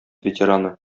ветераны